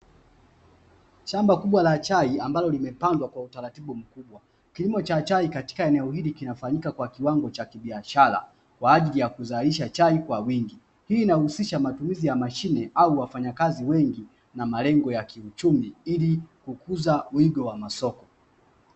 Shamba kubwa la chai ambalo limepandwa kwa utaratibu mkubwa kilimo cha chai katika eneo hili kinafanyika kwa kiwango cha kibiashara, kwa ajili ya kuzalisha chai kwa wingi hii inahusisha matumizi ya mashine au wafanyakazi wengi na malengo ya kiuchumi ili kukuza wigo wa masoko.